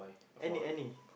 any any